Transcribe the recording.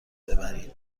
ببرید